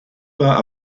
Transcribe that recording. pas